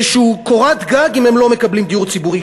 איזושהי קורת גג אם הם לא מקבלים דיור ציבורי,